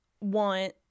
want